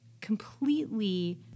completely